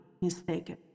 mistaken